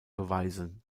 beweisen